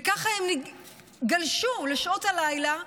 וככה הם גלשו לשעות הלילה,